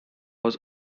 was